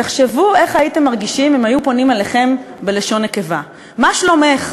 תחשבו איך הייתם מרגישים אם היו פונים אליכם בלשון נקבה: מה שלומךְ,